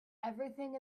everything